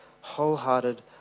wholehearted